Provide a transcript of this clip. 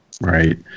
Right